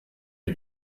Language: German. wie